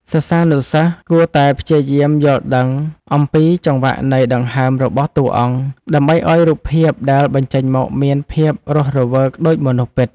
សិស្សានុសិស្សគួរតែព្យាយាមយល់ដឹងអំពីចង្វាក់នៃដង្ហើមរបស់តួអង្គ ដើម្បីឱ្យរូបភាពដែលបញ្ចេញមកមានភាពរស់រវើកដូចមនុស្សពិត។